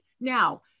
now